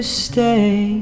stay